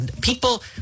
people